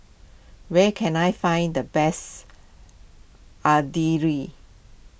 where can I find the best Idili